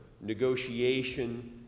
negotiation